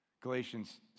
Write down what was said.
Galatians